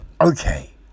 Okay